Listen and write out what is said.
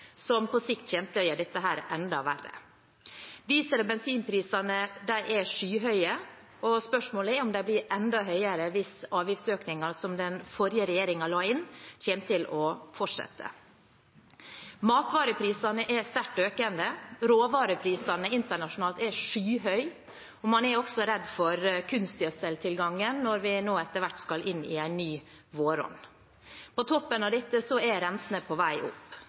som på sikt kommer til å gjøre dette enda verre. Diesel- og bensinprisene er skyhøye, og spørsmålet er om de blir enda høyere hvis avgiftsøkninger som den forrige regjeringen la inn, fortsetter. Matvareprisene er sterkt økende. Råvareprisene internasjonalt er skyhøye, og man er også redd for kunstgjødseltilgangen når vi nå etter hvert skal inn i en ny våronn. På toppen av dette er rentene på vei opp.